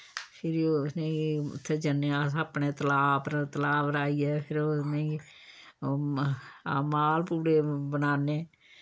फिर उ'नें गी उत्थै जन्ने अस अपने तलाऽ पर तलाऽ पर आइयै फिर उ'नें गी मालपूड़े बनान्ने